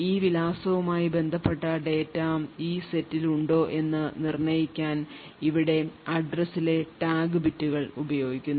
ഈ വിലാസവുമായി ബന്ധപ്പെട്ട ഡാറ്റ ഈ സെറ്റിൽ ഉണ്ടോ എന്ന് നിർണ്ണയിക്കാൻ ഇവിടെ address ലെ ടാഗ് ബിറ്റുകൾ ഉപയോഗിക്കുന്നു